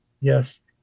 Yes